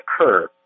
occur